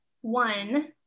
one